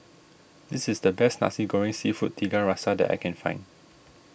this is the best Nasi Goreng Seafood Tiga Rasa that I can find